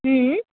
हम्म